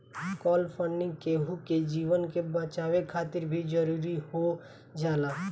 काल funding केहु के जीवन के बचावे खातिर भी जरुरी हो जाला